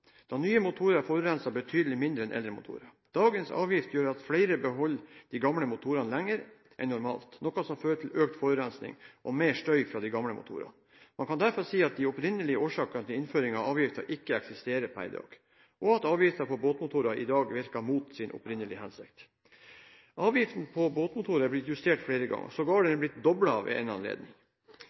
da nye motorer forurenser betydelig mindre enn eldre motorer. Dagens avgift gjør at flere beholder de gamle motorene lenger enn normalt, noe som fører til økt forurensning og mer støy fra de gamle motorene. Man kan derfor si at de opprinnelige årsakene til innføringen av avgiften ikke eksisterer per i dag, og at avgiften på båtmotorer i dag virker mot sin opprinnelige hensikt. Avgiften på båtmotorer er blitt justert flere ganger, den har sågar blitt doblet ved en anledning.